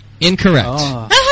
Incorrect